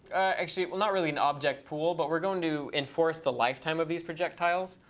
actually, well, not really an object pool. but we're going to enforce the lifetime of these projectiles